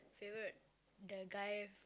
favourite the guy